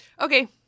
Okay